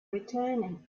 returning